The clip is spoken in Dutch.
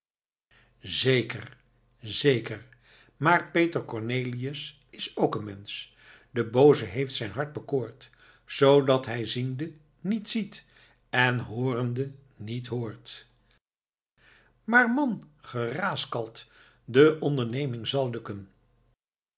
zeker zeker maar peter cornelius is ook een mensch de booze heeft zijn harte bekoord zoodat hij ziende niet ziet en hoorende niet hoort maar man ge raaskalt de onderneming zàl gelukken